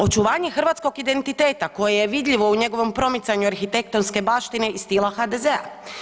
Očuvanje hrvatskog identiteta koje je vidljivo u njegovom promicanju arhitektonske baštine i stila HDZ-a.